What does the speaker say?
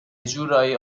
جورایی